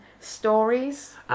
stories